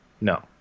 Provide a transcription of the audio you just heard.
No